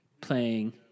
playing